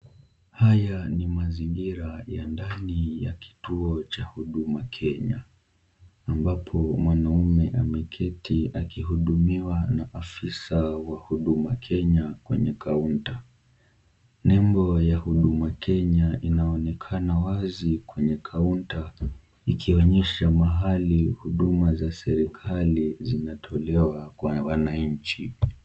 Haya ni mazingira ya ndani ya kituo cha huduma Kenya, ambapo mwanaume ameketi akihudimiwa na afisa wa huduma Kenya kwenye kaunta. Nembo ya huduma Kenya inaonekana wazi kwenye kaunta ikionyesha mahali huduma za serikali zinatolewa kwa wananchi.